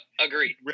agreed